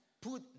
put